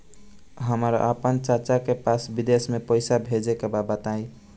हमरा आपन चाचा के पास विदेश में पइसा भेजे के बा बताई